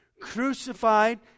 crucified